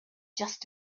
just